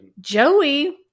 Joey